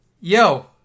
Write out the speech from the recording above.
Yo